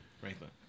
Franklin